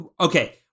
Okay